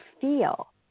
feel